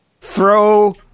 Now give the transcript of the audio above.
Throw